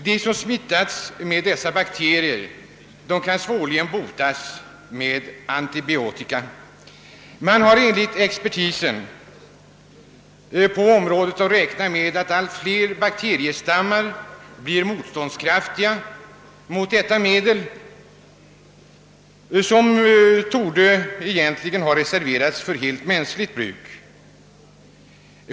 De som smittas med dessa resistenta bakterier kan svårligen botas med antibiotika. Enligt expertisen på området får vi räkna med att allt fler bakteriestammar blir motståndskraftiga mot antibiotika, som ursprungligen var avsedd för mänskligt bruk.